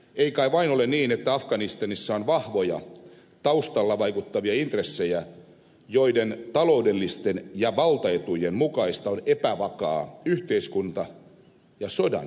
ei kai vain ole niin että afganistanissa on vahvoja taustalla vaikuttavia intressejä joiden taloudellisten ja valtaetujen mukaista on epävakaa yhteiskunta ja sodan jatkuminen